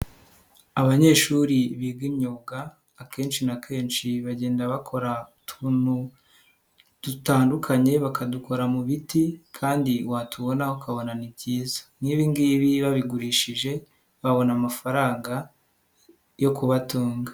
Abanyeshuri biga imyuga akenshi na kenshi bagenda bakora utuntu dutandukanye bakadukora mu biti kandi watubona ukabona ni byiza, nk'ibi ngibi babigurishije babona amafaranga yo kubatunga.